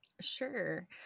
Sure